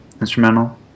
instrumental